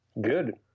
Good